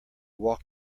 walk